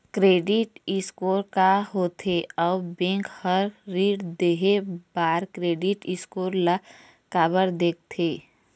Credit score का होथे अउ बैंक हर ऋण देहे बार क्रेडिट स्कोर ला काबर देखते?